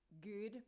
good